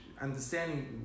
understanding